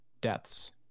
deaths